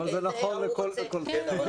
אבל זה נכון לכל --- טוב,